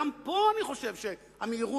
גם פה אני חושב שהמהירות,